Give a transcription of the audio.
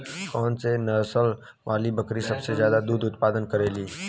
कौन से नसल वाली बकरी सबसे ज्यादा दूध क उतपादन करेली?